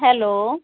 hello